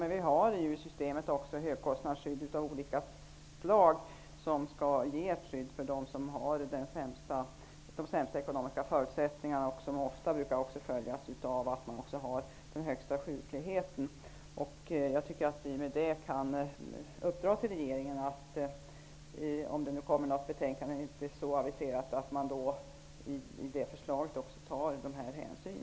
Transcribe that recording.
Men det finns i systemet också högkostnadsskydd av olika slag, som skall ge ett skydd för dem som har de sämsta ekonomiska förutsättningarna, vilket ofta brukar följas av att man har den högsta sjukligheten. Jag tycker att vi med det kan uppdra till regeringen att om det kommer ett förslag så skall man i det också ta dessa hänsyn.